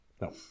No